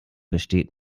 besteht